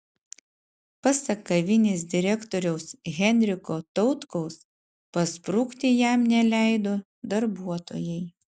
pasak kavinės direktoriaus henriko tautkaus pasprukti jam neleido darbuotojai